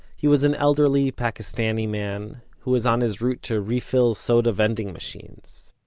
he was an elderly pakistani man, who was on his route to refill soda vending machines.